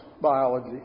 biology